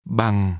bằng